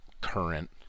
current